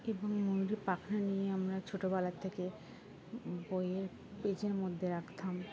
এবং ময়ুরেরর পাখানা নিয়ে আমরা ছোটোবেলার থেকে বইয়ের পেচের মধ্যে রাখতাম